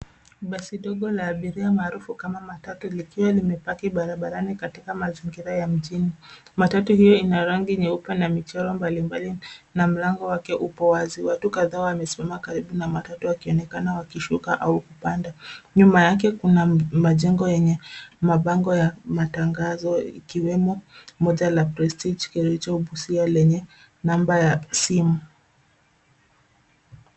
Basi dogo la abiria maarufu kama matatu likiwa limepaki barabarani katika mazingira ya mjini. Matatu hiyo ina rangi nyeupe na michoro mbalimbali na mlango wake upo wazi. Watu kadhaa wamesimama karibu na matatu wakionekana wakishuka au kupanda. Nyuma yake kuna majengo yenye mabango ya matangazo ikiwemo moja la Prestige Kericho, Busia lenye namba ya simu.